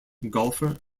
golfer